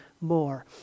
more